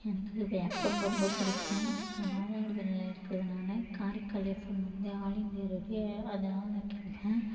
எனக்கு எஃப்எம் ரொம்ப பிடிக்கும் நான் மயிலாடுதுறையில் இருக்கறதுனால் காரைக்கால் எஃப்எம் வந்து ஆல் இந்தியா ரேடியோ அதெல்லாம் நான் கேட்பேன்